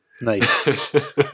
Nice